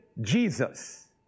Jesus